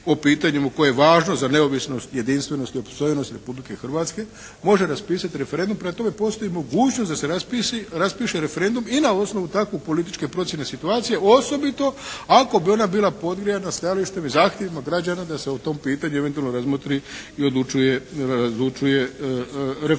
o pitanjima koje je važno za neovisnost, jedinstvenost i opstojnost Republike Hrvatske može raspisati referendum. Prema tome, postoji mogućnost da se raspiše referendum i na osnovu takve političke procjene situacije osobito ako bi ona bila podgrijana stajalištem i zahtjevima građana da se o tom pitanju eventualno razmotri i odlučuje referendumom.